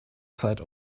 zeit